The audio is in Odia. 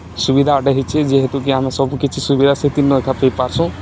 ସୁବିଧା ଗୁଟେ ହେଇଛେ ଯେହେତୁ କି ଆମେ ସବୁ କିଛି ସୁବିଧା ସେତିର୍ନ ଏକା ପାଇପାର୍ସୁଁ